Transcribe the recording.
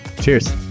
Cheers